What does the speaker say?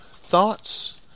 thoughts